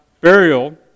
burial